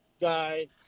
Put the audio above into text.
guy